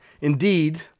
Indeed